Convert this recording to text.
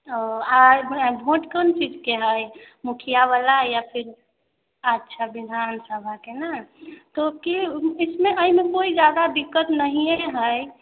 ओ आइ वोट कोन चीज के हय मुखियाबला या फिर अच्छा विधानसभाके ने तऽ की इसमे एहिमे जादा दिक्कत नहिये के हय